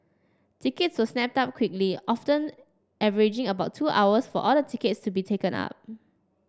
tickets were snapped up quickly often averaging about two hours for all the tickets to be taken up